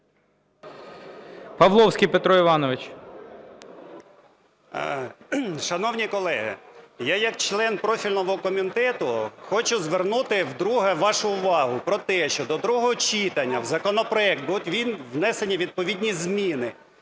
ПАВЛОВСЬКИЙ П.І. Шановні колеги, я як член профільного комітету хочу звернути вдруге вашу увагу про те, що до другого читання в законопроект будуть внесені відповідні зміни,